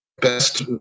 best –